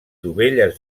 dovelles